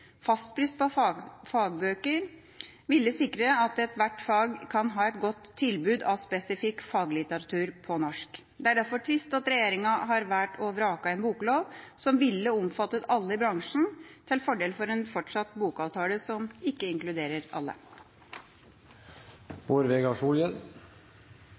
Fastpris på fagbøker ville sikre at hvert fag kan ha et godt tilbud av spesifikk faglitteratur på norsk. Det er derfor trist at regjeringa har valgt å vrake en boklov som ville omfattet alle i bransjen, til fordel for en fortsatt bokavtale, som ikke inkluderer